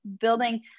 building